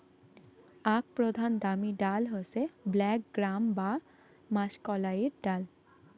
আক প্রধান দামি ডাল হসে ব্ল্যাক গ্রাম বা মাষকলাইর ডাল